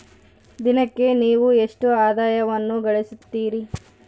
ದಿನಕ್ಕೆ ನೇವು ಎಷ್ಟು ಆದಾಯವನ್ನು ಗಳಿಸುತ್ತೇರಿ?